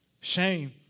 shame